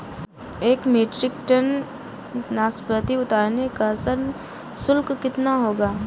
एक metric ton नाशपाती उतारने का श्रम शुल्क कितना होगा?